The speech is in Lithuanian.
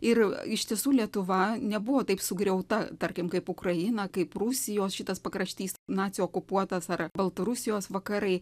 ir iš tiesų lietuva nebuvo taip sugriauta tarkim kaip ukraina kaip prūsijos šitas pakraštys nacių okupuotas ar baltarusijos vakarai